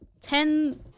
ten